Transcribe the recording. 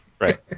Right